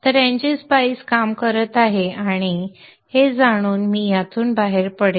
तर ngSpice काम करत आहे हे जाणून मी यातून बाहेर पडेन